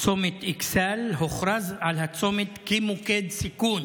צומת אכסאל, הוכרז על הצומת כמוקד סיכון.